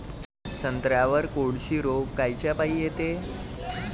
संत्र्यावर कोळशी रोग कायच्यापाई येते?